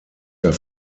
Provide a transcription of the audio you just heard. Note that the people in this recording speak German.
der